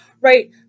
right